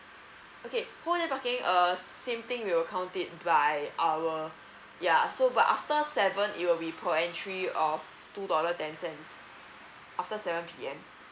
okay for the parking err same thing we will count it by our ya so but after seven you'll be per entry of two dollar ten cents after seven P_M